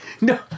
No